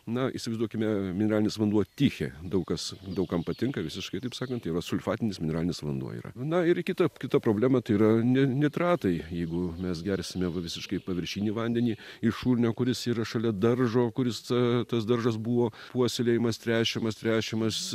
na įsivaizduokime mineralinis vanduo tichė daug kas daug kam patinka visiškai taip sakant tai vat sulfatinis mineralinis vanduo yra na ir kita kita problema tai yra ne nitratai jeigu mes gersime visiškai paviršinį vandenį iš šulinio kuris yra šalia daržo kuris tas daržas buvo puoselėjamas tręšiamas tręšiamas